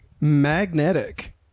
Magnetic